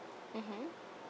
mmhmm